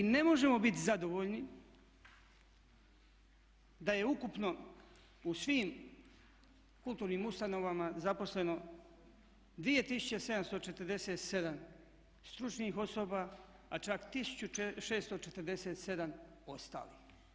I ne možemo biti zadovoljni da je ukupno u svim kulturnim ustanovama zaposleno 2747 stručnih osoba, a čak 1647 ostalih.